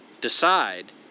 decide